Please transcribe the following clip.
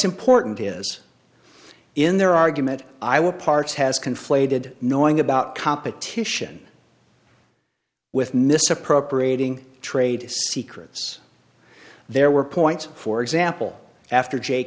important is in their argument i would parts has conflated knowing about competition with misappropriating trade secrets there were points for example after j